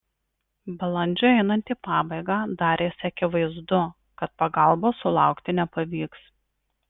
balandžiui einant į pabaigą darėsi akivaizdu kad pagalbos sulaukti nepavyks